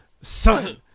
Son